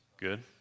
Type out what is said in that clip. Good